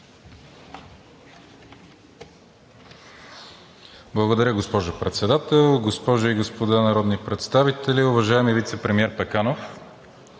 Благодаря, госпожо Председател. Госпожи и господа народни представители! Уважаеми вицепремиер Пеканов,